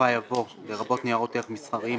בסופה יבוא "לרבות ניירות ערך מסחריים,